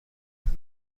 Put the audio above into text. کنم